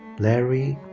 larry